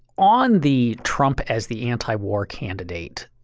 on the trump as the anti-war candidate,